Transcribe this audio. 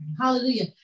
Hallelujah